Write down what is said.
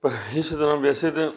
ਇਸ ਤਰ੍ਹਾਂ ਵੈਸੇ ਤਾਂ